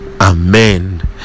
amen